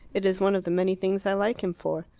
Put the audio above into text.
it is one of the many things i like him for.